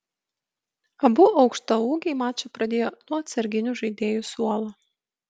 abu aukštaūgiai mačą pradėjo nuo atsarginių žaidėjų suolo